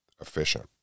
efficient